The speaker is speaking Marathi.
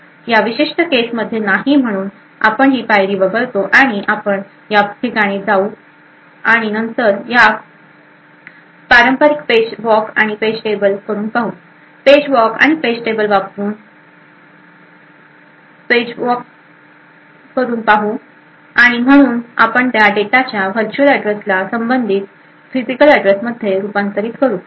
या विशिष्ट केस मध्ये नाही म्हणून आपण ही पायरी वगळतो आणि आपण या ठिकाणी जाऊ आणि नंतर आपण पारंपारिक पेज वॉक आणि पेज टेबल करून पाहू पेज वॉक आणि पेज टेबल वापरून पेज वॉक करून पाहू आणि म्हणून आपण त्या डेटाच्या व्हर्च्युअल ऍड्रेसला संबंधित फिजिकल ऍड्रेस मध्ये रूपांतरित करू शकू